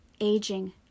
aging